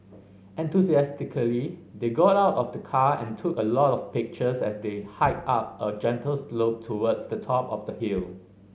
enthusiastically they got out of the car and took a lot of pictures as they hiked up a gentle slope towards the top of the hill